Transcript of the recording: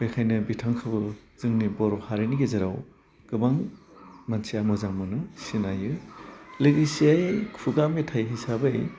बेखायनो बिथांखौबो जोंनि बर' हारिनि गेजेराव गोबां मानसिया मोजां मोनो सिनायो लोगोसेयै खुगा मेथाइ हिसाबै